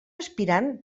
aspirant